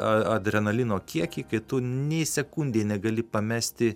a adrenalino kiekį kai tu nė sekundei negali pamesti